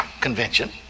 convention